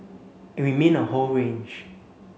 and we mean a whole range